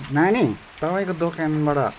नानी तपाईँको दोकानबाट